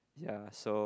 ya so